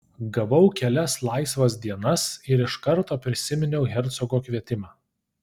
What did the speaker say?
gavau kelias laisvas dienas ir iš karto prisiminiau hercogo kvietimą